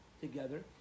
together